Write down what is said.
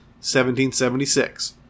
1776